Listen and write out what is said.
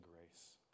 grace